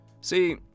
See